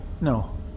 No